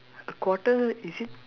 a quarter is it